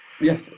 Yes